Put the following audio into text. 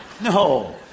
No